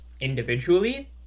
individually